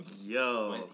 Yo